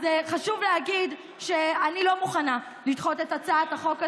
אז חשוב להגיד שאני לא מוכנה לדחות את הצעת החוק הזאת.